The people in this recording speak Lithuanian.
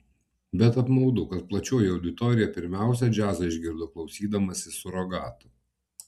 bet apmaudu kad plačioji auditorija pirmiausia džiazą išgirdo klausydamasi surogato